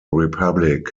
republic